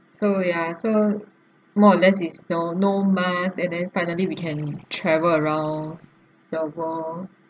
so ya so more or less is no no mask and then finally we can travel around the world